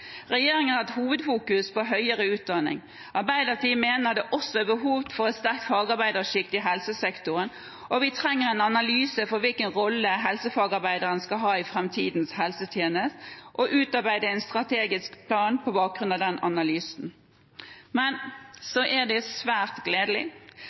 Regjeringen har hatt hovedfokus på høyere utdanning. Arbeiderpartiet mener det også er behov for et sterkt fagarbeidersjikt i helsesektoren. Vi trenger en analyse av hvilken rolle helsefagarbeideren skal ha i framtidens helsetjeneste og utarbeide en strategisk plan på bakgrunn av den analysen. Men